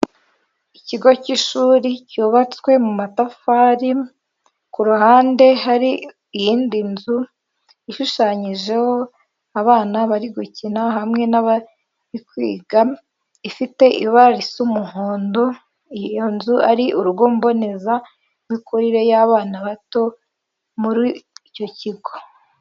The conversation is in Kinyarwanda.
Ikigo cy'ishuri cyubatswe mu matafari, ku ruhande hari iyindi nzu ishushanyijeho abana bari gukina hamwe nabari kwiga, ifite ibara ry'umuhondo iyo nzu ari urugo mbonezamikurire y'abana bato muri icyo kigo.